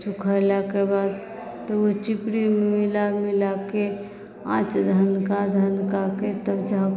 सुखैलाके बाद तऽ ओ चिपड़ीमे मिला मिलाके आँच धनका धनकाके तब जाउ